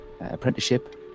apprenticeship